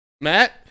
Matt